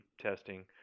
testing